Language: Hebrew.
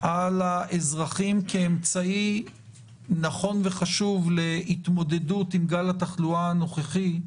תר על האזרחים כאמצעי נכון וחשוב להתמודדות עם גל התחלואה הנוכחי,